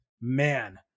man